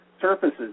surfaces